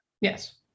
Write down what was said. Yes